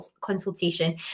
consultation